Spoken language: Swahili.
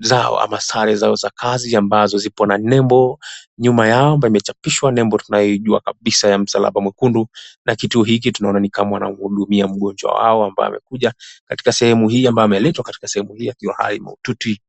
zao ama sare zao za kazi ambazo ziko na nembo. Nyuma yao kumechapishwa nembo tunayoijua kabisa ya msalaba mwekundu na kituo hiki tunaona ni kama wanahudumia mgonjwa wao ambayo amekuja katika sehumu hii ama ameletwa katika sehemu hii akiwa hali mahututi.